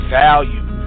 value